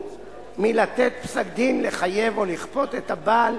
מלתת פסק-דין לחייב או לכפות את הבעל